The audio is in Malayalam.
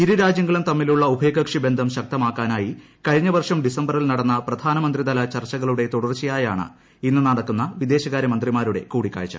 ഇരു രാജ്യങ്ങളും തമ്മിലുള്ള ഉഭയകക്ഷി ബന്ധം ശക്തമാക്കാനായി കഴിഞ്ഞ വർഷം ഡിസംബറിൽ നടന്ന പ്രധാനമന്ത്രിതല ചർച്ചകളുടെ തുടർച്ചയായാണ് ഇന്ന് നടക്കുന്ന വിദേശമന്ത്രിമാരുടെ കൂടിക്കാഴ്ച്ച